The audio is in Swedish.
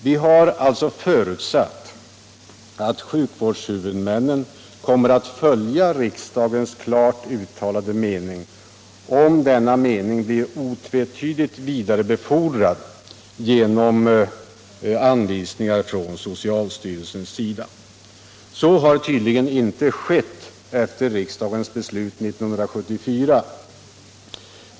Vi har alltså förutsatt att sjukvårdshuvudmännen kommer att följa riksdagens klart uttalade mening, om denna mening blir otvetydigt vidarebefordrad genom anvisningar från socialstyrelsen. Så har tydligen inte skett efter riksdagens beslut 1974.